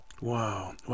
Wow